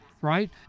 right